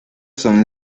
son